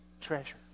treasure